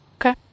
okay